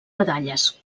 medalles